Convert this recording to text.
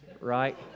right